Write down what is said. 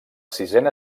sisena